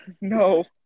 No